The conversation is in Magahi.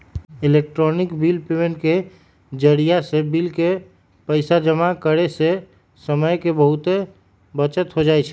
इलेक्ट्रॉनिक बिल पेमेंट के जरियासे बिल के पइसा जमा करेयसे समय के बहूते बचत हो जाई छै